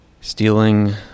stealing